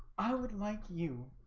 i would like you